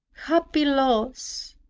happy loss,